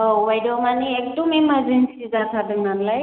औ बायद' मानि एखदम इमारजेनसि जाथारदों नालाय